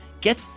Get